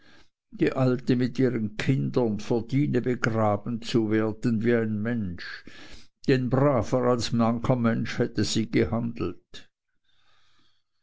die alte mit ihren kindern verdiene begraben zu werden wie ein mensch denn braver als mancher mensch hätte sie gehandelt